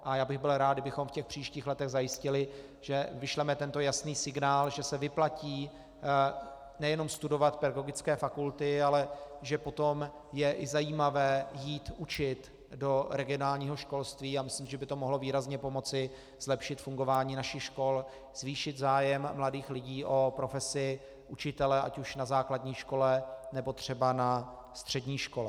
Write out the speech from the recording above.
A byl bych rád, kdybychom v příštích letech zajistili, že vyšleme tento jasný signál, že se vyplatí nejenom studovat pedagogické fakulty, ale že potom je i zajímavé jít učit do regionálního školství, a myslím, že by to mohlo výrazně pomoci zlepšit fungování našich škol, zvýšit zájem mladých lidí o profesi učitele, ať už na základní škole, nebo třeba na střední škole.